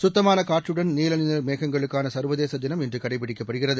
கத்தமானகாற்றுடன் நீலநிறமேகங்களுக்கானசர்வதேசதினம் இன்றுகடைபிடிக்கப் படுகிறது